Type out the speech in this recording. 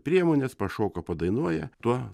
priemonės pašoka padainuoja tuo